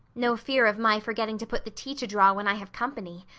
no fear of my forgetting to put the tea to draw when i have company.